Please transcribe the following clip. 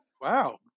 Wow